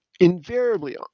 invariably